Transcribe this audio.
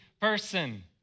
person